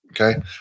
Okay